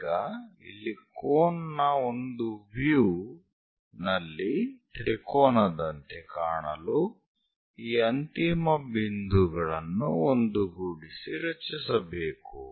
ಈಗ ಇಲ್ಲಿ ಕೋನ್ನ ಒಂದು ವ್ಯೂ ನಲ್ಲಿತ್ರಿಕೋನದಂತೆ ಕಾಣಲು ಈ ಅಂತಿಮ ಬಿಂದುಗಳನ್ನು ಒಂದುಗೂಡಿಸಿ ರಚಿಸಬೇಕು